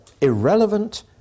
irrelevant